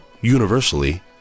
universally